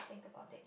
think about it